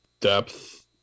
depth